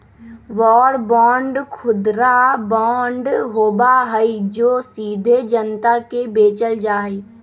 war bond खुदरा bond होबा हई जो सीधे जनता के बेचल जा हई